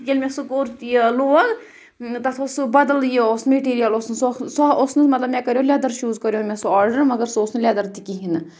ییٚلہِ مےٚ سُہ کوٚر تہٕ لوگ تَتھ اوس سُہ بدل یہِ میٹیٖریَل اوس نہٕ سُہ سُہ اوس نہٕ مطلب مےٚ کریو لیدر شوٗز کَریو سُہ مےٚ آردڑ مَگر سُہ اوس نہٕ لیدر تہِ کِہینۍ نہٕ